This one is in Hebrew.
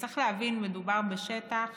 צריך להבין, מדובר בשטח